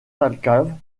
thalcave